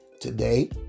today